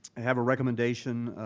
ah have a recommendation,